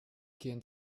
gehen